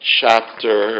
chapter